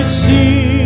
see